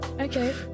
Okay